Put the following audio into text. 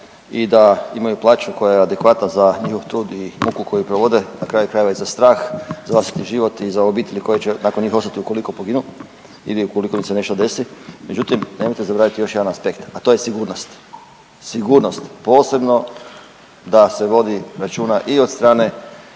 i da imaju plaću koja je adekvatna za njihov trud i muku koju provode, na kraju krajeva i za strah za vlastiti život i za obitelj koja će nakon njih ostati ukoliko poginu ili ukoliko im se nešto desi, međutim nemojte zaboraviti još jedan aspekt, a to je sigurnost, sigurnost, posebno da se vodi računa i od strane